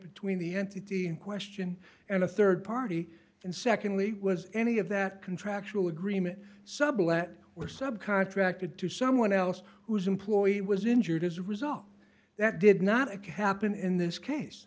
between the entity in question and a rd party and secondly was any of that contractual agreement sublet or subcontracted to someone else whose employee was injured as a result that did not occur happen in this case